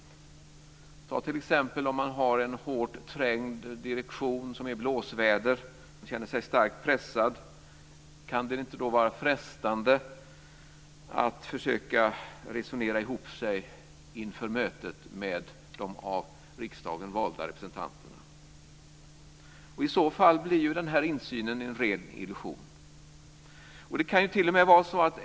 Om man t.ex. har en hårt trängd direktion, som är i blåsväder och känner sig starkt pressad - kan det inte då vara frestande att försöka resonera ihop sig inför mötet med de av riksdagen valda representanterna? I så fall blir ju insynen en ren illusion.